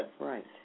Right